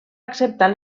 acceptar